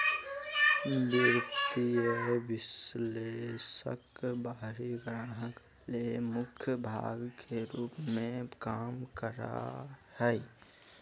वित्तीय विश्लेषक बाहरी ग्राहक ले मुख्य भाग के रूप में काम करा हइ